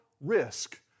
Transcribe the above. risk